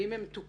והאם הם תוקצבו,